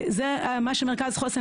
וזה מה שמרכז חוסן,